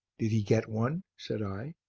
did he get one? said i.